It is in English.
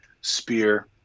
spear